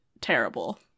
terrible